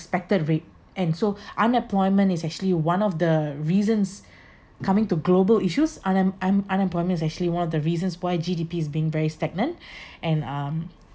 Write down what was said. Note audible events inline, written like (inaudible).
expected rate and so unemployment is actually one of the reasons coming to global issues unem~ un~ unemployment is actually one of the reasons why G_D_P's been very stagnant (breath) and um